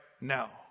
now